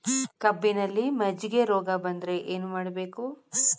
ಕಬ್ಬಿನಲ್ಲಿ ಮಜ್ಜಿಗೆ ರೋಗ ಬಂದರೆ ಏನು ಮಾಡಬೇಕು?